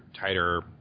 tighter